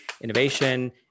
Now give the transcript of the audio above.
innovation